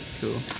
Cool